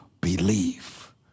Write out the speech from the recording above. believe